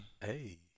Hey